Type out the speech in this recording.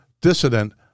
dissident